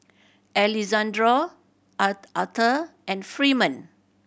Alexandro Aurthur and Freeman